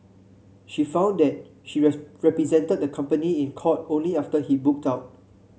she found that she represented the company in court only after he booked out